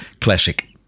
classic